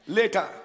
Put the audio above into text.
later